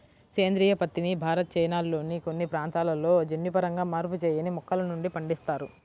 సేంద్రీయ పత్తిని భారత్, చైనాల్లోని కొన్ని ప్రాంతాలలో జన్యుపరంగా మార్పు చేయని మొక్కల నుండి పండిస్తారు